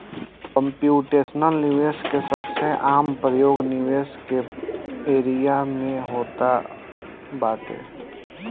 computational निवेश के सबसे आम प्रयोग निवेश के एरिया में होत बाटे